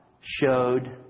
showed